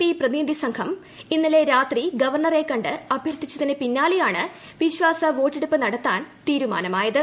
P പ്രതിനിധി സംഘം ഇന്നലെ രാത്രി ഗവർണറെ കണ്ട് അഭ്യർത്ഥിച്ചതിന് പിന്നാലെയാണ് വിശ്വാസവോട്ടെടുപ്പ് നടത്താൻ തീരുമാനമായത്